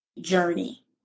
journey